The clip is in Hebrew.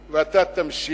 רק אתה שבוי בהתפתלויות שלך,